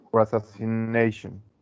Assassination